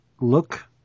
Look